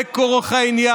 זה כורח הזמן.